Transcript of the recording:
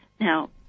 Now